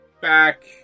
back